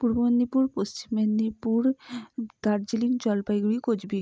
পূর্ব মেদিনীপুর পশ্চিম মেদিনীপুর দার্জিলিং জলপাইগুড়ি কোচবি